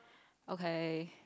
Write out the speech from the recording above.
okay